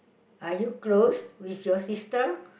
are you close with your sister